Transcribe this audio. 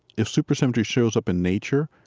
if supersymmetry shows up in nature,